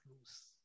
lose